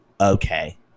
okay